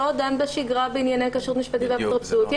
הוא לא דן בשגרה בענייני כשרות משפטית ואפוטרופסות.